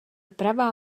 pravá